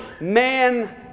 man